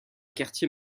quartier